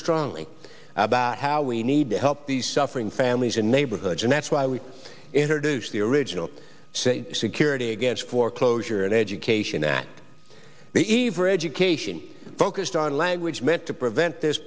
strongly about how we need to help these suffering families and neighborhoods and that's why we introduced the original security against foreclosure and education at the eve re education focused on language meant to prevent this